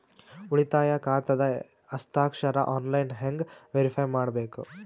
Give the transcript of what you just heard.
ಉಳಿತಾಯ ಖಾತಾದ ಹಸ್ತಾಕ್ಷರ ಆನ್ಲೈನ್ ಹೆಂಗ್ ವೇರಿಫೈ ಮಾಡಬೇಕು?